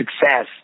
success